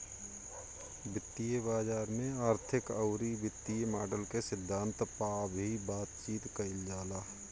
वित्तीय बाजार में आर्थिक अउरी वित्तीय मॉडल के सिद्धांत पअ भी बातचीत कईल जाला